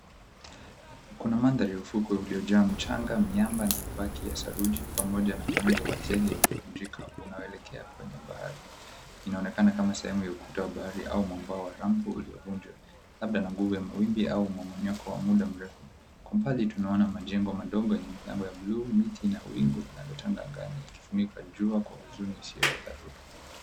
Kuna mandhari ya ufukwe uliojaa mchanga, miamba na mabaki ya saruji pamoja na muundo wa zege uliovunjika unaoelekea kwenye bahari. Inaonekana kama sehemu ya ukuta wa habari au mwambao wa rampu uliovunjwa, labda na nguvu ya mawimbi au mmomonyoko wa muda mrefu. Kwa umbali tunaona majengo madogo yenye milango ya buluu, miti na wingu linalotanda lilikifunika jua kwa huzuni isiyo ya dharura.